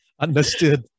Understood